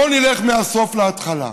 בואו נלך מהסוף להתחלה: